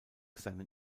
seinen